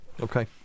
Okay